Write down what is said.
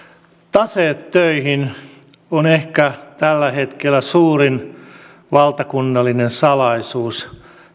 taseet töihin on ehkä tällä hetkellä suurin valtakunnallinen salaisuus